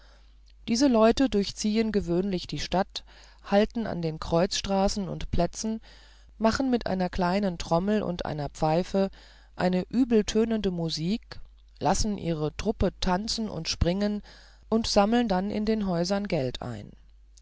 diese leute durchziehen gewöhnlich die stadt halten an den kreuzstraßen und plätzen machen mit einer kleinen trommel und einer pfeife eine übeltönende musik lassen ihre truppe tanzen und springen und sammeln dann in den häusern geld ein